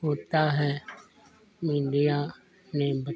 होता है मीडिया ने